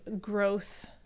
growth